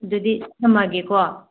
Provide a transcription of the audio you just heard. ꯑꯗꯨꯗꯤ ꯊꯝꯃꯒꯦꯀꯣ